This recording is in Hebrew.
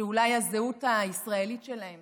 שאולי הזהות הישראלית שלהם